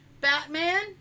Batman